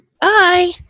bye